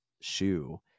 shoe